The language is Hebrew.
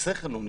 ובשכל הוא נקבע,